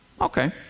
Okay